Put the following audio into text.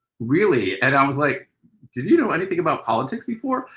really? and i was like did you know anything about politics before?